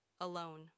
alone